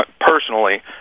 personally